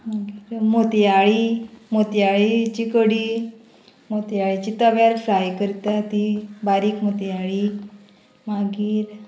मागीर मोतयाळी मोतयाळीची कडी मोतयाळीची तव्यार फ्राय करता ती बारीक मोतयाळी मागीर